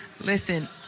listen